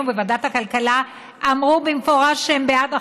בוועדת הכלכלה אמרו במפורש שהם בעד החוק.